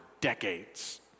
decades